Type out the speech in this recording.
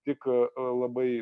tik labai